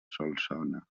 solsona